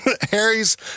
Harry's